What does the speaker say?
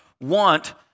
want